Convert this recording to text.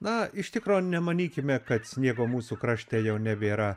na iš tikro nemanykime kad sniego mūsų krašte jau nebėra